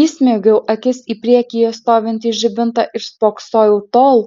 įsmeigiau akis į priekyje stovintį žibintą ir spoksojau tol